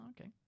Okay